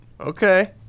Okay